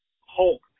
Hulk